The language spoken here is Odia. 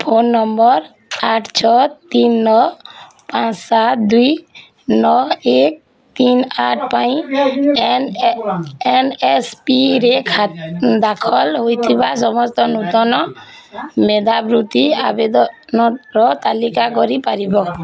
ଫୋନ୍ ନମ୍ବର୍ ଆଠ ଛଅ ତିନ ନଅ ପାଞ୍ଚ ସାତ ଦୁଇ ନଅ ଏକ ତିନି ଆଠ ପାଇଁ ଏନ୍ଏସ୍ପିରେ ଦାଖଲ ହୋଇଥିବା ସମସ୍ତ ନୂତନ ମେଧାବୃତ୍ତି ଆବେଦନର ତାଲିକା କରି ପାରିବ